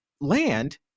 land